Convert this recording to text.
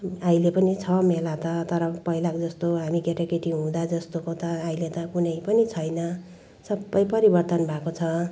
अहिले पनि छ मेला त तर पहिलाको जस्तो हामी केटाकेटी हुँदा जस्तोको त अहिले त कुनै पनि छैन सबै परिवर्तन भएको छ